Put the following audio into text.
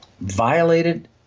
violated